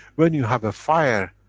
when you have a fire,